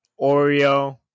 Oreo